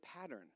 pattern